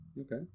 Okay